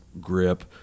grip